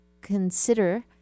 consider